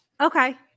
Okay